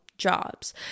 Jobs